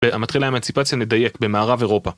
מתחילה אמנסיפציה נדייק, במערב אירופה